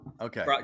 Okay